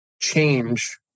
change